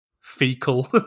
fecal